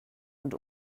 und